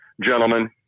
gentlemen